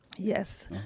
Yes